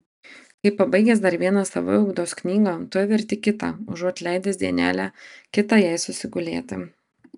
kai pabaigęs dar vieną saviugdos knygą tuoj verti kitą užuot leidęs dienelę kitą jai susigulėti